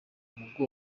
umugogo